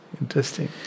Interesting